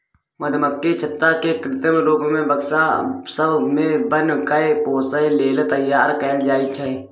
मधुमक्खी छत्ता केँ कृत्रिम रुप सँ बक्सा सब मे बन्न कए पोसय लेल तैयार कयल जाइ छै